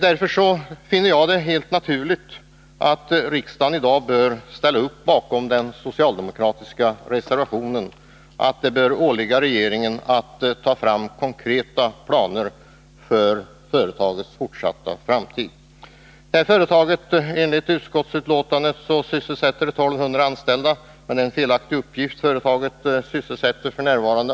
Därför finner jag det helt naturligt att riksdagen i dag ställer upp bakom den socialdemokratiska reservationen, i vilken vi uttalar att det bör åligga regeringen att ta fram konkreta planer för företagets fortsatta framtid. Enligt utskottsbetänkandet sysselsätter företaget 1 200 anställda. Det är en felaktig uppgift. Företaget sysselsätter f. n. 1 800.